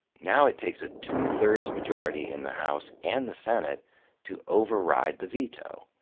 now it takes a two-thirds majority in the house and the senate to override the veto,